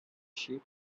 sheep